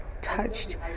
touched